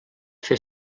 fer